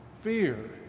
fear